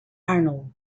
arnold